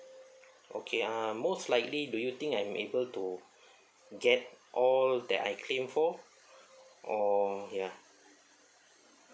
okay uh most likely do you think I'm able to get all that I claim for or ya